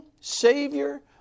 Savior